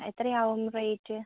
ആ എത്രയാകും റേറ്റ്